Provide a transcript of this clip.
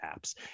apps